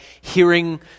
hearing